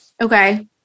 Okay